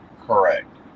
correct